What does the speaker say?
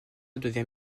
devient